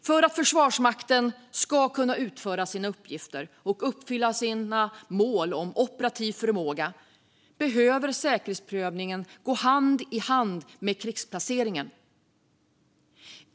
För att Försvarsmakten ska kunna utföra sina uppgifter och uppfylla sina mål om operativ förmåga behöver säkerhetsprövningen gå hand i hand med krigsplaceringen.